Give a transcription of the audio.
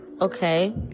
okay